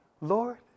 Lord